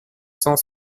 cent